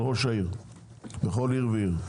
החלטה של ראש העיר בכל עיר ועיר.